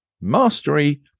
mastery